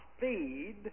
feed